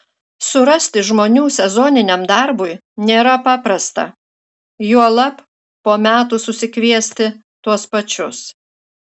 surasti žmonių sezoniniam darbui nėra paprasta juolab po metų susikviesti tuos pačius